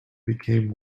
became